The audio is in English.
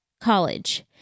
college